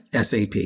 SAP